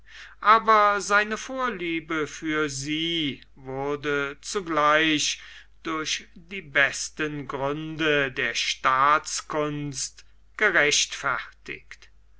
aber seine vorliebe für sie wurde zugleich durch die besten gründe der staatskunst gerechtfertigt